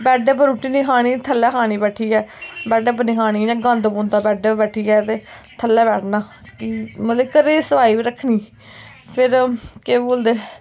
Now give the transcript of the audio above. bed उप्पर रुट्टी नी खानी थल्लै खानी बैठियै बैडै पर नी खानी इयां गंद पौंदा बैडे पर ते थल्लै बैठना मतलब घरै दा सफाई बी रक्खनी फिर केह् बोलदे